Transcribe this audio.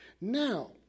Now